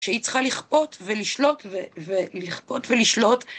שהיא צריכה לכפות ולשלוט, ולכפות ולשלוט.